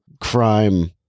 crime